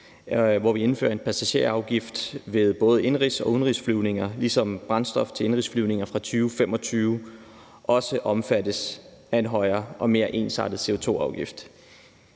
hvor vi indfører en passagerafgift ved både indenrigs- og udenrigsflyvninger, ligesom brændstof til indenrigsflyvninger fra 2025 også omfattes af en højere og mere ensartet CO2-afgift.